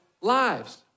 lives